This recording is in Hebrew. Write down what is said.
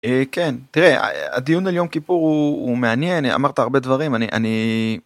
כן, תראה הדיון על יום כיפור הוא מעניין אמרת הרבה דברים אני